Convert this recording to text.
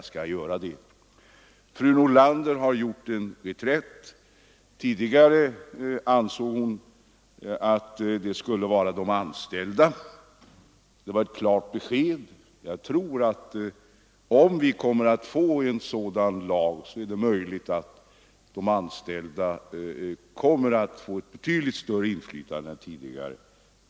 Torsdagen den Fru Nordlander har gjort en reträtt. Tidigare ansåg hon att det skulle 9 maj 1974 vara de anställda som skulle ge dispens — det var ett klart besked. Om vi ZI får en sådan lag är det möjligt att de anställda kommer att ha ett Återinförande av betydligt större inflytande än tidigare.